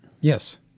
Yes